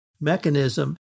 mechanism